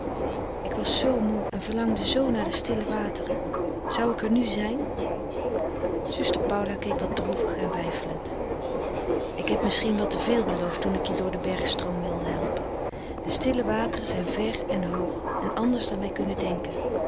ik was zoo moe en verlangde zoo naar de stille wateren zou ik er nu zijn zuster paula keek wat droevig en weifelend ik heb misschien wat te veel beloofd toen ik je door den bergstroom wilde helpen de stille wateren zijn ver en hoog en anders dan wij kunnen denken